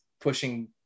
pushing